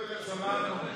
בכלל לא ציונים.